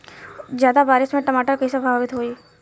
ज्यादा बारिस से टमाटर कइसे प्रभावित होयी?